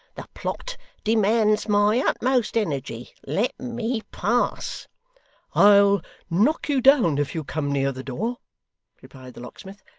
the plot demands my utmost energy. let me pass i'll knock you down if you come near the door replied the locksmith.